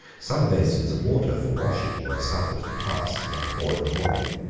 some basins of water for washing were suffered to pass at about four in the morning.